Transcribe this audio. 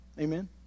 Amen